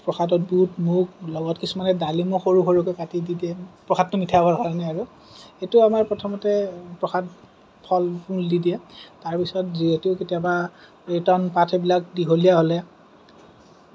প্ৰসাদত বুট মুগ লগত কিছুমানে ডালিমো সৰু সৰুকে কাটি দি দিয়ে প্ৰসাদটো মিঠা হ'বৰ কাৰণে আৰু এইটো আমাৰ প্ৰথমতে প্ৰসাদ ফল মূল দি দিয়ে তাৰপিছত যিহেতু কেতিয়াবা কীৰ্তন পাঠ এইবিলাক দীঘলীয়া হ'লে